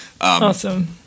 awesome